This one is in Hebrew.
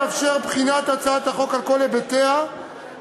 המשך הליכי החקיקה יבוצע תוך תיאום מלא,